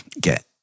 get